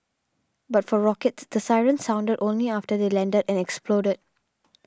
but for rockets the sirens sounded only after they landed and exploded